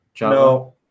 no